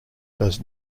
does